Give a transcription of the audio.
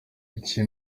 icyo